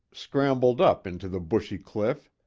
scrambled up into the bushy cliff.